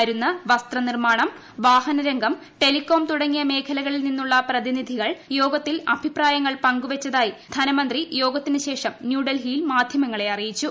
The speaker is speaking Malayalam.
മരുന്ന് വസ്ത്രനിർമ്മാണം വാഹനരംഗം ടെലികോം തുടങ്ങിയ മേഖലകളിൽ നിന്നുള്ള പ്രതിനിധികൾ യോഗത്തിൽ അഭിപ്രായങ്ങൾ പങ്കുവച്ചതായി ധനമന്ത്രി യോഗത്തിന് ശേഷം ന്യൂഡൽഹിയിൽ മാധ്യമങ്ങളെ ക്ട്റിറ്റിയിച്ചു